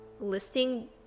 listing